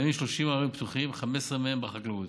יש כ-30 עררים פתוחים, 15 מהם בחקלאות.